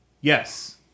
yes